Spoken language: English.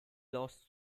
lost